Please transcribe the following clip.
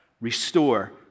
restore